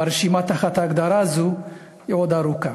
והרשימה תחת ההגדרה הזאת היא עוד ארוכה.